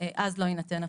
אז לא יינתן הפטור.